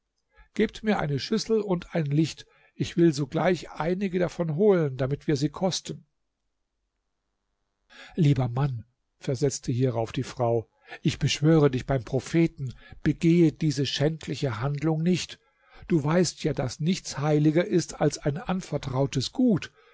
gebt mir eine schüssel und ein licht ich will sogleich einige davon holen damit wir sie kosten lieber mann versetzte hierauf die frau ich beschwöre dich beim propheten begehe diese schändliche handlung nicht du weißt ja daß nichts heiliger ist als ein anvertrautes gut